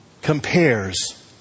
compares